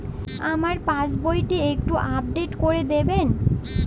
আমার পাসবই টি একটু আপডেট করে দেবেন?